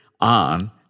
on